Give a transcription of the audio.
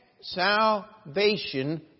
salvation